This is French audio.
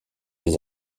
des